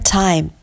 time